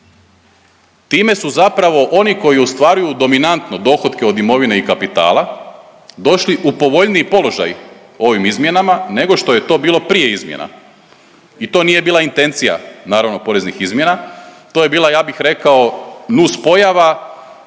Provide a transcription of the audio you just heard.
Time su zapravo oni koji ostvaruju dominantno dohotke od imovine i kapitala došli u povoljniji položaj ovim izmjenama nego što je to bilo prije izmjena i to nije bilo intencija naravno poreznih izmjena, to je bila ja bih rekao nus pojava